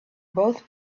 both